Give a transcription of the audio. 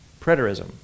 preterism